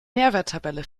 nährwerttabelle